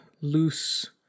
loose